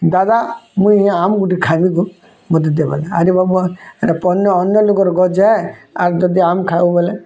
ଦାଦା ମୁଇଁ ଆମ୍ ଗୁଟେ ଖାଇମିଁ ଗୋ ମୋତେ ଦେବ ଆରେ ବାବା ଅନ୍ୟ ଲୋକର୍ ଗଛ ହେଁ ଆଉ ଯଦି ଆମ୍ ଖାଇବୁ ବୋଲେ